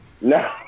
No